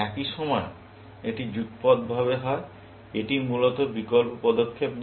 একই সময়ে এটি যুগপতভাবে হয় এটি মূলত বিকল্প পদক্ষেপ নয়